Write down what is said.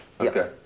Okay